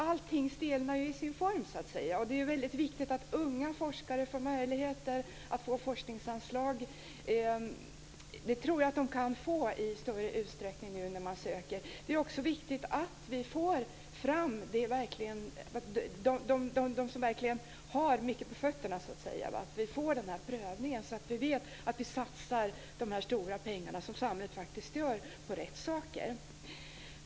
Allt stelnar ju i sin form, och det är väldigt viktigt att unga forskare får möjligheter att få forskningsanslag. Det tror jag att de kan få i stor utsträckning nu när de söker. Det är också viktigt för dem som så att säga har mycket på fötterna att vi får denna prövning, så att vi vet att vi satsar dessa stora pengar som samhället faktiskt satsar på rätt saker.